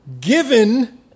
Given